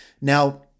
Now